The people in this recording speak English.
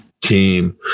team